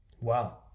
Wow